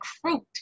fruit